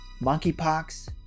monkeypox